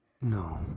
No